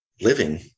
living